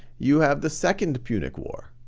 you have the second punic war.